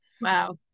Wow